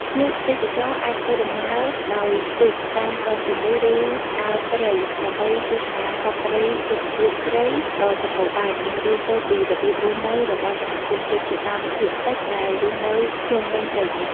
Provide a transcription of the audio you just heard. ភ្ញៀវទេសចរអាចធ្វើដំណើរដោយទូកតាមដងទន្លេ ឬដើរព្រៃដើម្បីទស្សនាសត្វព្រៃ រុក្ខជាតិព្រៃដ៏សម្បូរបែប និងរៀនសូត្រពីរបៀបរស់នៅរបស់សហគមន៍ជនជាតិដើមភាគតិចដែលរស់នៅជុំវិញព្រៃនេះ។